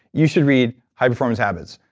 you should read high performance habits,